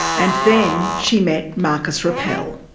and then she met marcus rappel.